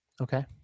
Okay